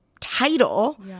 title